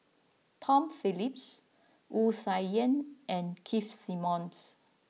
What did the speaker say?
Tom Phillips Wu Tsai Yen and Keith Simmons